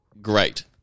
great